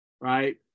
right